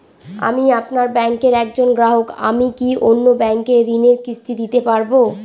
আমি আপনার ব্যাঙ্কের একজন গ্রাহক আমি কি অন্য ব্যাঙ্কে ঋণের কিস্তি দিতে পারবো?